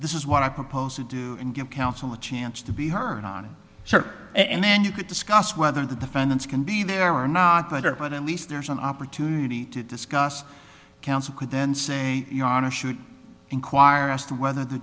this is what i propose to do and give counsel a chance to be heard on a chair and then you could discuss whether the defendants can be there or not better but at least there's an opportunity to discuss counsel could then say you know on a shoot inquire as to whether the